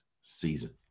season